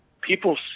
people